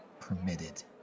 permitted